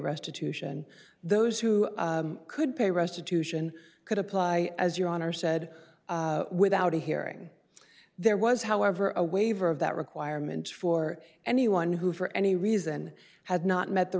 restitution those who could pay restitution could apply as your honor said without a hearing there was however a waiver of that requirement for anyone who for any reason had not met the